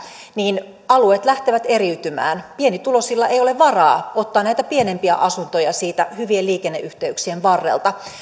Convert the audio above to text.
niin alueet lähtevät eriytymään pienituloisilla ei ole varaa ottaa näitä pienempiä asuntoja siitä hyvien liikenneyhteyksien varrelta